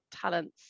talents